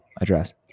address